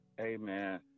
Amen